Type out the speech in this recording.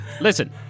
listen